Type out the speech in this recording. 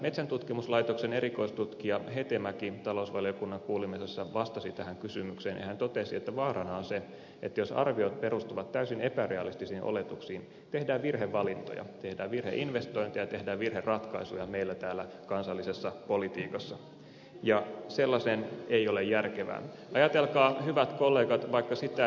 metsäntutkimuslaitoksen erikoistutkija hetemäki talousvaliokunnan kuulemisessa vastasi tähän kysymykseen ja hän totesi että vaarana on se että jos arviot perustuvat täysin epärealistisiin oletuksiin tehdään virhevalintoja tehdään virheinvestointeja tehdään virheratkaisuja meillä täällä kansallisessa politiikassa ja sellainen ei ole järkevä ajatelkaa hyvät kollegat vaikka järkevää